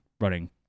running